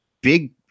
big